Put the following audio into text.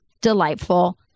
delightful